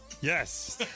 Yes